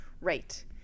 Right